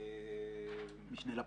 -- משנה לפרקליט.